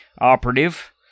operative